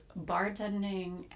bartending